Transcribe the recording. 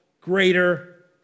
greater